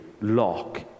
lock